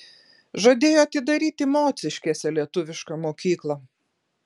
žadėjo atidaryti mociškėse lietuvišką mokyklą